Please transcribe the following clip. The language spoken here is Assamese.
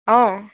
অঁ